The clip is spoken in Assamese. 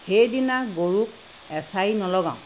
সেইদিনা গৰুক এছাৰি নলগাওঁ